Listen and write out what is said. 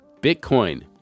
Bitcoin